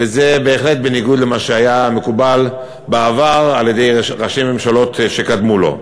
וזה בהחלט בניגוד למה שהיה מקובל בעבר על-ידי ראשי ממשלות שקדמו לו.